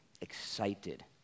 excited